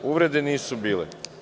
Uvrede nisu bile.